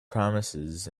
promises